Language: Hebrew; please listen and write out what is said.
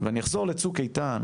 אחזור ל"צוק איתן",